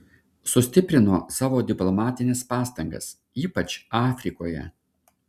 sustiprino savo diplomatines pastangas ypač afrikoje